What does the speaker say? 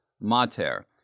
Mater